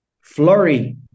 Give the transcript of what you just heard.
flurry